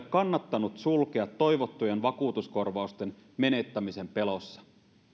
kannattanut sulkea toivottujen vakuutuskorvausten menettämisen pelossa